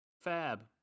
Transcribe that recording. fab